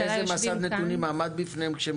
ואיזה מסד נתונים עמד בפניהם כשהם